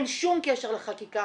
אין שום קשר לחקיקה,